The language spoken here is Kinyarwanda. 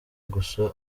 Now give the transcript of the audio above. gusa